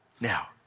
Now